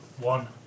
One